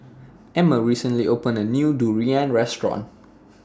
Emmer recently opened A New Durian Restaurant